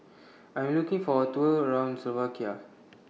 I Am looking For A Tour around Slovakia